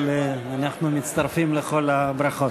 אבל אנחנו מצטרפים לכל הברכות.